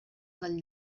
del